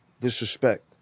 disrespect